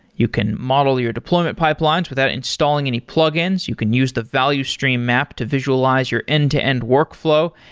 you can model your deployment pipelines without installing any plugins. you can use the value stream map to visualize your end-to-end workflow.